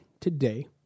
today